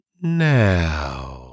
now